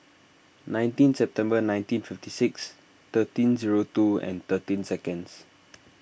nineteen September nineteen fifty six thirteen zero two and thirteen seconds